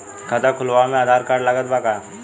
खाता खुलावे म आधार कार्ड लागत बा का?